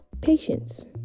Patience